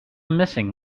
missing